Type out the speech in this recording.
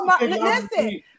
Listen